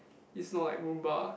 it's not like Rumba